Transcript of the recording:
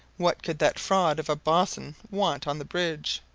what could that fraud of a bossn want on the bridge?